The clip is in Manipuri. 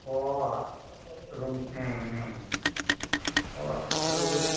ꯑꯣ ꯎꯝ ꯎꯝ ꯍꯣꯏ ꯑꯗꯨꯒꯤ